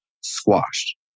squashed